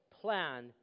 plan